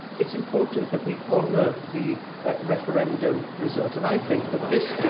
it's important that we honour the referendum result, and i think that this